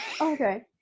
Okay